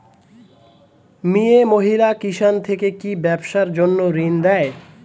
মিয়ে মহিলা কিষান থেকে কি ব্যবসার জন্য ঋন দেয়?